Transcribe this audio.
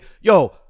yo